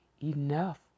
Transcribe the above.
enough